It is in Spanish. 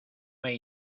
hay